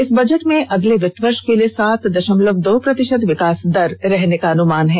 इस बजट में अगले वित्त वर्ष के लिए सात दषमलव दो प्रतिषत विकास दर रहने का अनुमान जताया है